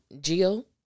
Jill